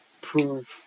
prove